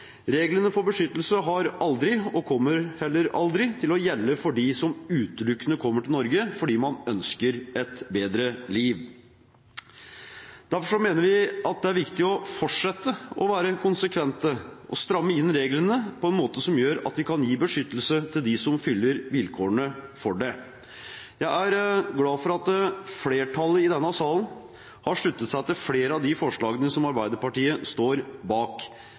Reglene for beskyttelse har aldri, og kommer heller aldri, til å gjelde for dem som utelukkende kommer til Norge fordi man ønsker et bedre liv. Derfor mener vi det er viktig å fortsette å være konsekvente og stramme inn reglene på en måte som gjør at vi kan gi beskyttelse til dem som fyller vilkårene for det. Jeg er glad for at flertallet i denne salen har sluttet seg til flere av de forslagene som Arbeiderpartiet står bak.